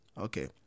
Okay